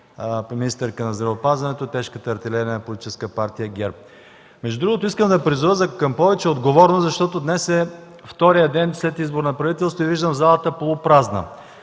министърка на здравеопазването – тежката артилерия на Политическа партия ГЕРБ. Между другото, искам да призова към повече отговорност, защото днес е вторият ден след избора на правителството и виждам залата полупразна.